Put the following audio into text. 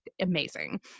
amazing